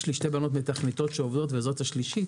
יש לי שתי בנות מתכנתות ועובדות וזו השלישית